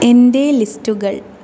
എന്റെ ലിസ്റ്റുകൾ